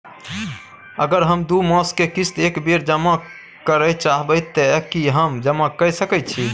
अगर हम दू मास के किस्त एक बेर जमा करे चाहबे तय की हम जमा कय सके छि?